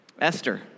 Esther